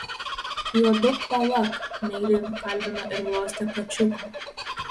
juoduk palak meiliai kalbino ir glostė kačiuką